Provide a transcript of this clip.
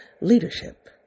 leadership